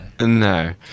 No